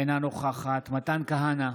אינה נוכחת מתן כהנא,